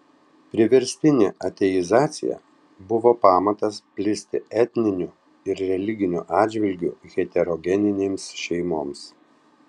priverstinė ateizacija buvo pamatas plisti etniniu ir religiniu atžvilgiu heterogeninėms šeimoms